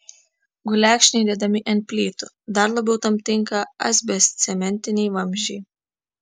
gulekšniai dedami ant plytų dar labiau tam tinka asbestcementiniai vamzdžiai